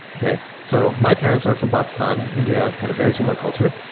okay? so my parents are from pakistan, india, kind of very similar culture.